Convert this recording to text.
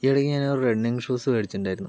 ഈ ഇടയ്ക്ക് ഞാനൊരു റണ്ണിങ് ഷൂസ് മേടിച്ചിട്ടുണ്ടായിരുന്നു